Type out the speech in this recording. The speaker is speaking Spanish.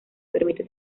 permite